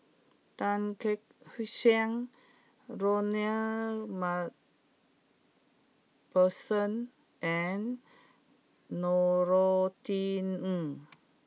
Tan Kek Hiang Ronald MacPherson and Norothy Ng